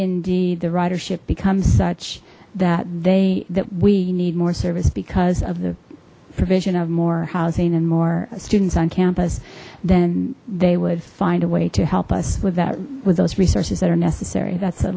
indeed the ridership becomes such that they that we need more service because of the provision of more housing and more students on campus then they would find a way to help us with that with those resources that are necessary that's a